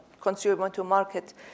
consumer-to-market